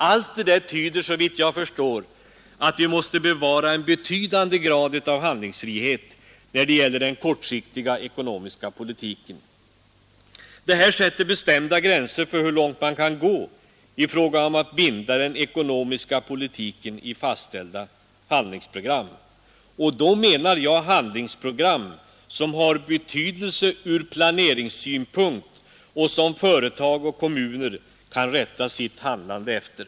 Allt detta innebär, såvitt jag förstår, att vi måste bevara en betydande grad av handlingsfrihet när det gäller den kortsiktiga ekonomiska politiken Det här sätter bes att binda den ekonomiska politiken i fastställda handlingsprogram, och då menar jag handlingsprogram som har betydelse ur planeringssynpunkt och som företag och kommuner kan rätta sitt handlande efter.